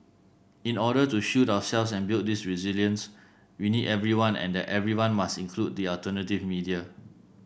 in order to shield ourselves and build this resilience we need everyone and that everyone must include the alternative media